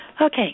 Okay